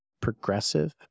progressive